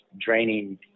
draining